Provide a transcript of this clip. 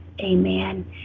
Amen